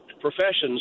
professions